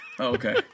okay